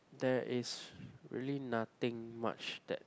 there is really nothing much that